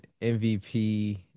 MVP